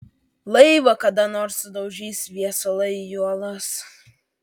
laivą kada nors sudaužys viesulai į uolas